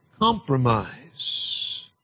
compromise